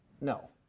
no